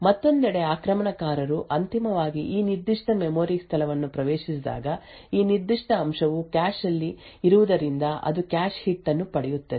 ಮತ್ತೊಂದೆಡೆ ಆಕ್ರಮಣಕಾರರು ಅಂತಿಮವಾಗಿ ಈ ನಿರ್ದಿಷ್ಟ ಮೆಮೊರಿ ಸ್ಥಳವನ್ನು ಪ್ರವೇಶಿಸಿದಾಗ ಈ ನಿರ್ದಿಷ್ಟ ಅಂಶವು ಕ್ಯಾಶ್ ಆಲ್ಲಿ ಇರುವುದರಿಂದ ಅದು ಕ್ಯಾಶ್ ಹಿಟ್ ಅನ್ನು ಪಡೆಯುತ್ತದೆ